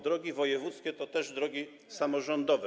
Drogi wojewódzkie to też drogi samorządowe.